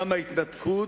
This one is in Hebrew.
גם ההתנתקות,